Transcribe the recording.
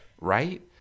Right